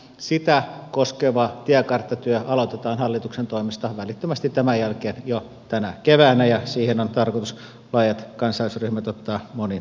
sitä koskeva tiekarttatyö aloitetaan hallituksen toimesta välittömästi tämän jälkeen jo tänä keväänä ja siihen on tarkoitus laajat kansalaisryhmät ottaa monin tavoin mukaan